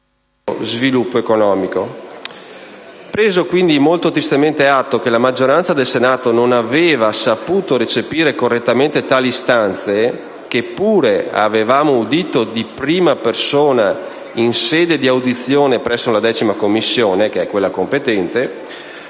sviluppo economico. Preso quindi molto tristemente atto che la maggioranza del Senato non aveva saputo recepire correttamente tali istanze, che pure avevamo udito in prima persona in sede di audizione presso la 10a Commissione (la Commissione competente),